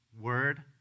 word